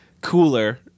cooler